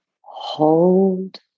Hold